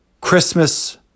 Christmas